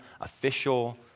official